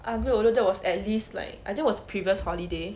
aglio-olio that was at least like I think was previous holiday